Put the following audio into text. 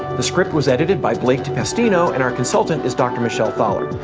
the script was edited by blake de pastino, and our consultant is dr. michelle thaller.